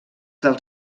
del